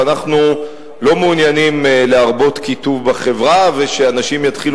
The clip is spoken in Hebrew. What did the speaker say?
ואנחנו לא מעוניינים להרבות קיטוב בחברה ושאנשים יתחילו